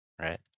right